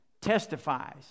Testifies